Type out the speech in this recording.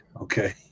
Okay